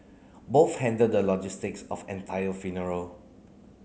both handled the logistics of entire funeral